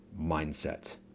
mindset